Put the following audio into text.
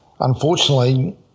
unfortunately